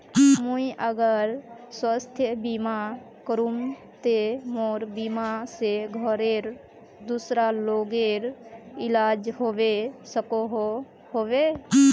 मुई अगर स्वास्थ्य बीमा करूम ते मोर बीमा से घोरेर दूसरा लोगेर इलाज होबे सकोहो होबे?